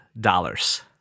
dollars